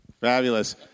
Fabulous